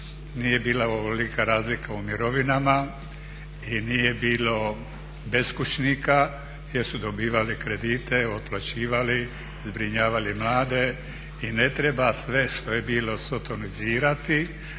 nije bila ovolika razlika u mirovinama i nije bilo beskućnika jer su dobivali kredite, otplaćivali ih, zbrinjavali mlade i ne treba sve što je bilo sotonizirali,